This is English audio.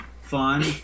fun